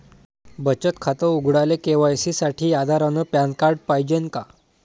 बचत खातं उघडाले के.वाय.सी साठी आधार अन पॅन कार्ड पाइजेन रायते